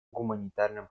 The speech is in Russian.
гуманитарным